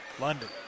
London